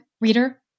reader